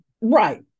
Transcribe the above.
Right